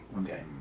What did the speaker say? Okay